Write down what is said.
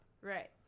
Right